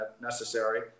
necessary